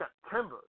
September